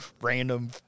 random